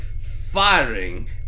firing